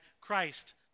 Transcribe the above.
Christ